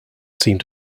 seemed